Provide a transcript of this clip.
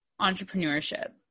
entrepreneurship